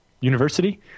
university